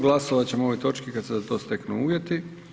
Glasovati ćemo o ovoj točki kada se za to steknu uvjeti.